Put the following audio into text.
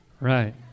right